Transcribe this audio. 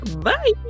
bye